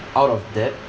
out of that